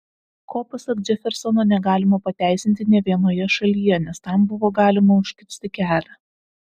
ko pasak džefersono negalima pateisinti nė vienoje šalyje nes tam buvo galima užkirsti kelią